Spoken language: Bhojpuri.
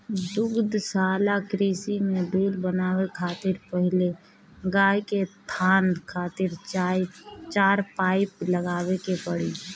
दुग्धशाला कृषि में दूध बनावे खातिर पहिले गाय के थान खातिर चार पाइप लगावे के पड़ी